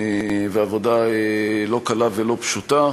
ועבודה לא קלה ולא פשוטה,